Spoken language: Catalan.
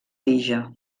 tija